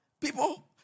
people